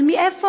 אבל מאיפה,